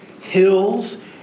hills